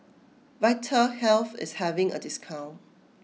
Vitahealth is having a discount